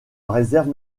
réserve